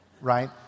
Right